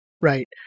Right